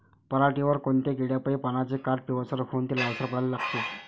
पऱ्हाटीवर कोनत्या किड्यापाई पानाचे काठं पिवळसर होऊन ते लालसर पडाले लागते?